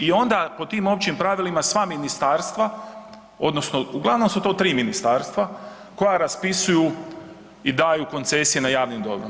I onda pod tim općim pravilima sva ministarstva, odnosno, uglavnom su to 3 ministarstva koja raspisuju i daju koncesije na javnim dobrom.